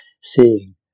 Seeing